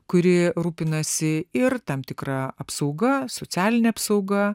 kuri rūpinasi ir tam tikra apsauga socialine apsauga